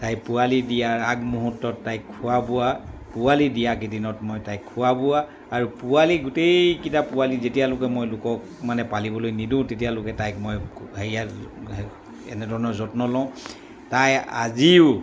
তাই পোৱালি দিয়াৰ আগমুহূৰ্ত্তত তাইক খোৱা বোৱা পোৱালি দিয়াকেইদিনত মই তাইক খোৱা বোৱা আৰু পোৱালি গোটেইকেইটা পোৱালি যেতিয়ালৈকে মই লোকক মানে পালিবলৈ নিদিওঁ তেতিয়ালৈকে তাইক মই হেৰিয়াৰ এনেধৰণৰ যত্ন লওঁ তাই আজিও